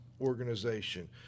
organization